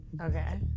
Okay